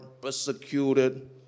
persecuted